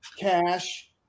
cash